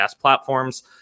platforms